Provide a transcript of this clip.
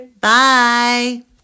Bye